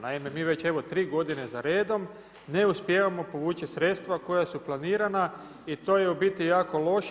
Naime, mi već evo tri godine za redom ne uspijevamo povući sredstva koja su planirana i to je u biti jako loše.